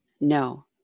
no